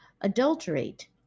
adulterate